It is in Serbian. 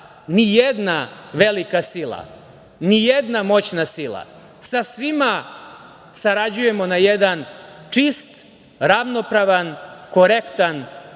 ni jedna velika sila, ni jedna moćna sila. Sa svima sarađujemo na jedan čist, ravnopravan, korektan